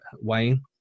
Wayne